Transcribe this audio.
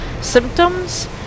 symptoms